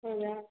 ಹೌದಾ